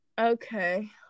Okay